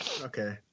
okay